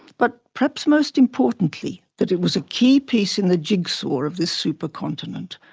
but perhaps most importantly, that it was a key piece in the jigsaw of this supercontinent,